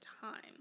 time